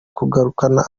kugarukana